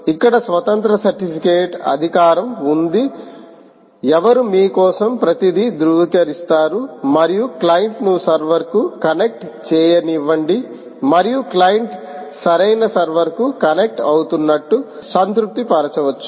ఇక్కడ స్వతంత్ర సర్టిఫికేట్ అధికారం ఉంది ఎవరు మీ కోసం ప్రతిదీ ధృవీకరిస్తారు మరియు క్లయింట్ను సర్వర్ కు కనెక్ట్ చేయనివ్వండి మరియు క్లయింట్ సరైన సర్వర్కు కనెక్ట్ అవుతున్నట్లు సంతృప్తి పరచవచ్చు